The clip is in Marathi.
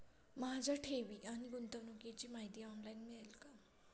माझ्या ठेवी आणि गुंतवणुकीची माहिती ऑनलाइन मिळेल का?